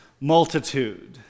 multitude